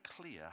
clear